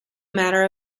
matter